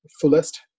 fullest